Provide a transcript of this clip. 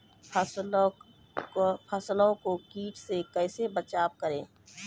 फसलों को कीट से कैसे बचाव करें?